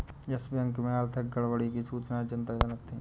yes Bank में आर्थिक गड़बड़ी की सूचनाएं चिंताजनक थी